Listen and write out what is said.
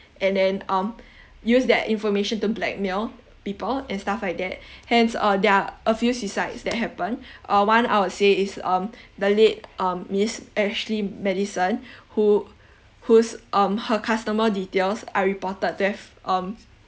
and then um use that information to blackmail people and stuff like that hence uh there are a few suicides that happen uh one I would say is um the late um miss ashley madison who whose um her customer details are reported theft um